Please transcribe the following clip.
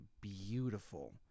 beautiful